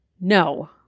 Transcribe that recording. No